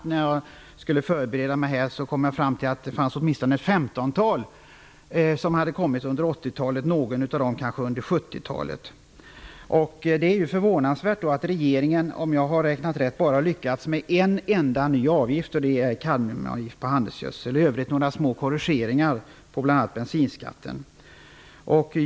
När jag skulle förbereda mig här kom jag fram till att åtminstone ett femtontal åtgärder infördes under 80-talet -- kanske någon under 70 talet. Det är förvånansvärt att regeringen -- om jag har räknat rätt -- endast har lyckats införa en avgift. Det är en kadmiumavgift på handelsgödsel. I övrigt är det fråga om några små korrigeringar på bl.a.